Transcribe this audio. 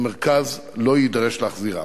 המרכז לא יידרש להחזירם.